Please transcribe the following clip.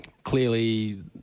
clearly